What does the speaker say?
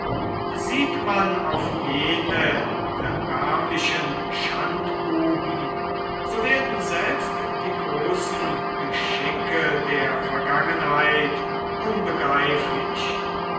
sieht man auf jene erbärmlichen schandbuben so werden selbst die großen geschicke der vergangenheit unbegreiflich